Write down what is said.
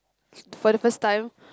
for the first time